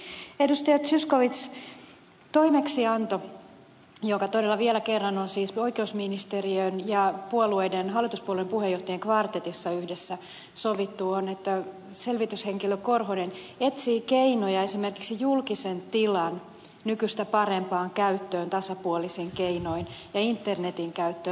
zyskowicz toimeksianto joka todella vielä kerran on siis oikeusministeriön ja hallituspuolueiden puheenjohtajien kvartetissa yhdessä sovittu on että selvityshenkilö korhonen etsii keinoja esimerkiksi julkisen tilan nykyistä parempaan käyttöön tasapuolisin keinoin ja internetin käyttöön